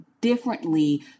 differently